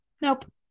Nope